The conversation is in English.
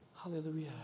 Hallelujah